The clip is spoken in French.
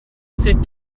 c’est